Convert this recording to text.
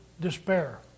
despair